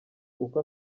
uko